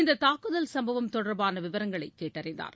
இந்த தூக்குதல் சம்பவம் தொடர்பான விவரங்களை கேட்டறிந்தார்